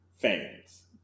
fans